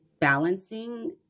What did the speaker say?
balancing